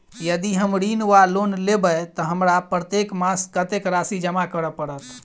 यदि हम ऋण वा लोन लेबै तऽ हमरा प्रत्येक मास कत्तेक राशि जमा करऽ पड़त?